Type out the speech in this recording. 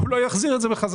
והוא לא יחזיר את זה בחזרה.